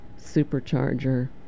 Supercharger